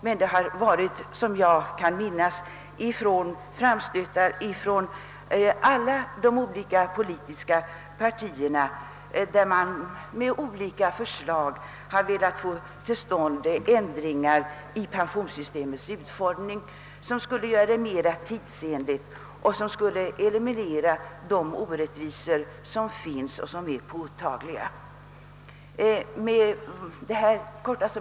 För övrigt har, såvitt jag kan minnas, förslag kommit från alla de politiska partierna som syftat till en mera tidsenlig utformning av pensionssystemet, vilken skulle eliminera de påtagliga orättvisor som nu föreligger.